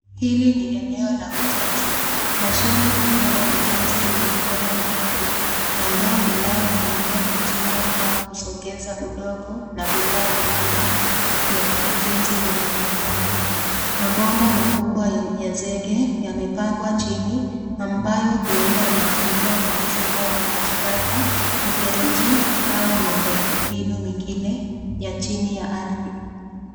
Hili ni eneo la ujenzi, mashini kubwa ya ujenzi yenye mkono mrefu na ndoo inayotumika kuchimba au kusongeza udongo na vifaa vingine vya ujenzi vinaonekana ,mabomba makubwa ya zege yamepangwa chini ambayo huenda yanatumiwa kwa mfumo wa maji taka , mfereji au miundo mbinu mingine ya chini ya ardhi.